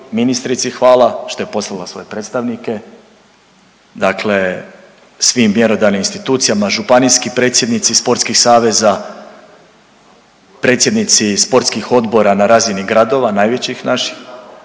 ministrici hvala što je poslala svoje predstavnike. Dakle, svim mjerodavnim institucijama, županijski predsjednici sportskih saveza, predsjednici sportskih odbora na razini gradova najvećih naših.